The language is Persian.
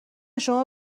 شما